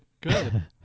Good